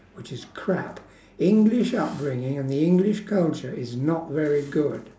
which is crap english upbringing and the english culture is not very good